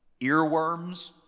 Earworms